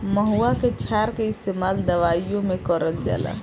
महुवा के क्षार के इस्तेमाल दवाईओ मे करल जाला